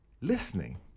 listening